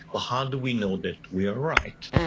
well how do we know that we are right?